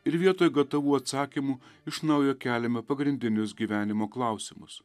ir vietoj gatavų atsakymų iš naujo keliame pagrindinius gyvenimo klausimus